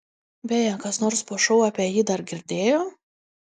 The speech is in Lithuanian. beje kas nors po šou apie jį dar girdėjo